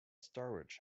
storage